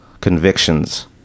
convictions